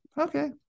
okay